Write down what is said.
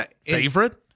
favorite